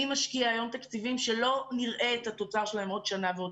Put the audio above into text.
משקיע היום תקציבים שלא נראה את התוצאה שלהם בעוד שנה ובעוד